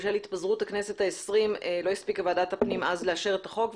בשל התפזרות הכנסת העשרים לא הספיקה ועדת הפנים אז לאשר את החוק,